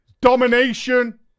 Domination